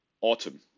Autumn